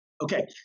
Okay